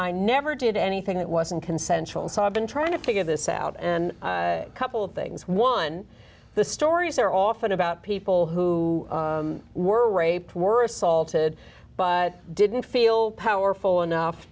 i never did anything that wasn't consensual so i've been trying to figure this out and couple of things one the stories are often about people who were raped were assaulted but didn't feel powerful enough